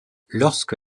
lorsque